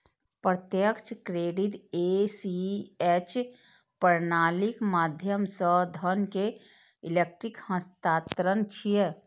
प्रत्यक्ष credit ACH प्रणालीक माध्यम सं धन के इलेक्ट्रिक हस्तांतरण छियै